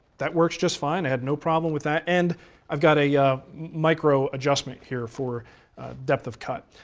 that works just fine, i had no problem with that. and i've got a yeah micro adjustment here for depth of cut.